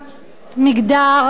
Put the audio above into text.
מגדר, מין.